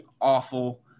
awful